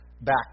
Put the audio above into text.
back